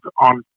on